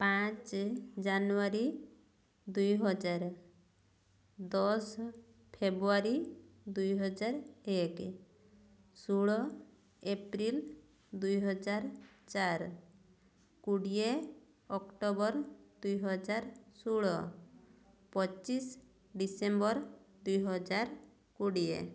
ପାଞ୍ଚ ଜାନୁଆରୀ ଦୁଇ ହଜାର ଦଶ ଫେବୃଆରୀ ଦୁଇ ହଜାର ଏକ ଷୋହଳ ଏପ୍ରିଲ ଦୁଇ ହଜାର ଚାରି କୋଡ଼ିଏ ଅକ୍ଟୋବର ଦୁଇ ହଜାର ଷୋହଳ ପଚିଶ ଡିସେମ୍ବର ଦୁଇ ହଜାର କୋଡ଼ିଏ